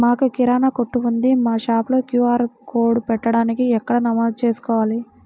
మాకు కిరాణా కొట్టు ఉంది మా షాప్లో క్యూ.ఆర్ కోడ్ పెట్టడానికి ఎక్కడ నమోదు చేసుకోవాలీ?